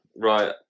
Right